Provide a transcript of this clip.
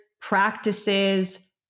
practices